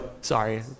sorry